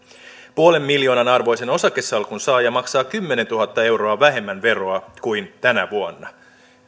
viiden miljoonan arvoisen osakesalkun saaja maksaa kymmenentuhatta euroa vähemmän veroa kuin tänä vuonna